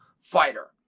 fighter